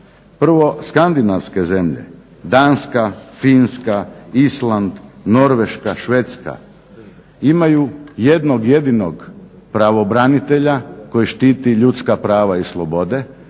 prvo skandinavske zemlje Danska, Finska, Island, Norveška, Švedska imaju jednog jedinog pravobranitelja koji štiti ljudska prava i slobode